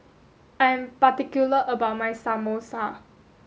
I am particular about my Samosa